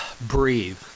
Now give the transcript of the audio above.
breathe